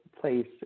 place